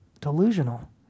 delusional